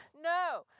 No